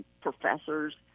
professors